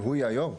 שהוא יהיה היו"ר?